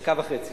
דקה וחצי.